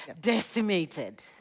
decimated